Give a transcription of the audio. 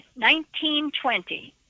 1920